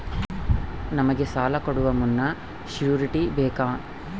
ನಮಗೆ ಸಾಲ ಕೊಡುವ ಮುನ್ನ ಶ್ಯೂರುಟಿ ಬೇಕಾ?